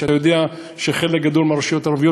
אתה יודע שחלק גדול מהרשויות הערביות